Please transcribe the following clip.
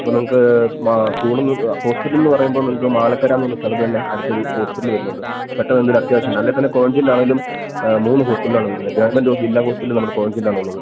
അപ്പോൾ നമുക്ക് മ സ്കൂൾ എന്ന് ഹോസ്പിറ്റൽ എന്ന് പറയുമ്പോൾ നിങ്ങൾക്ക് മാലക്കര എന്ന് പറഞ്ഞ സ്ഥലത്ത് തന്നെ അടുത്തൊരു ഹോസ്പിറ്റല് വരുന്നുണ്ട് പെട്ടെന്ന് എന്തേലും അത്യാവശ്യമുണ്ടേൽ തന്നെ കോഴഞ്ചേരിയിൽ ആണേലും മൂന്ന് ഹോസ്പിറ്റലാണ് വരുന്നത് ഗവൺമെൻറ്റ് ജില്ല ഹോസ്പിറ്റല് നമ്മുടെ കോഴഞ്ചേരിയിൽ ആണ് ഉള്ളത്